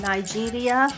Nigeria